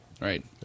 Right